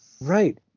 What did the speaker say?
Right